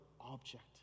object